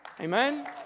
Amen